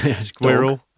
Squirrel